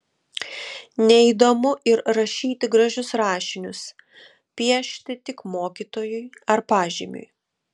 neįdomu ir rašyti gražius rašinius piešti tik mokytojui ar pažymiui